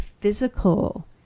physical